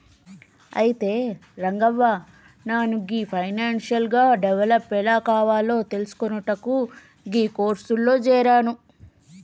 అయితే రంగవ్వ నాను గీ ఫైనాన్షియల్ గా డెవలప్ ఎలా కావాలో తెలిసికొనుటకు గీ కోర్సులో జేరాను